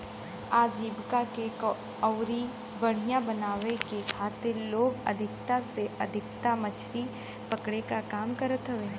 आजीविका के अउरी बढ़ियां बनावे के खातिर लोग अधिका से अधिका मछरी पकड़े क काम करत हवे